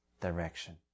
direction